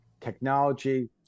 technology